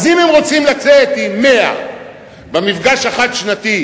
אז אם הם רוצים לצאת עם 100 במפגש החד-שנתי,